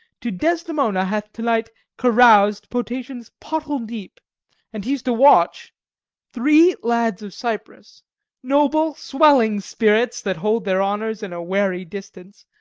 to desdemona hath to-night carous'd potations pottle-deep and he's to watch three lads of cyprus noble swelling spirits, that hold their honours in a wary distance,